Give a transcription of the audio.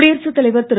குடியரசுத் தலைவர் திரு